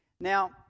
Now